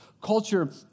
Culture